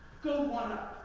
go learn.